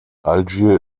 algier